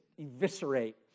eviscerate